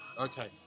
Okay